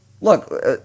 look